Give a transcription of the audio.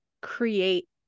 create